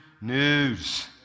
news